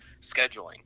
Scheduling